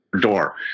door